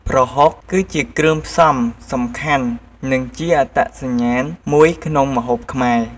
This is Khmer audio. ប្រហុក គឺជាគ្រឿងផ្សំសំខាន់និងជាអត្តសញ្ញាណមួយក្នុងម្ហូបខ្មែរ។